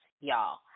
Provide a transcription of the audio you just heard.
y'all